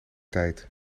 tijd